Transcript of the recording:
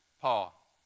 Paul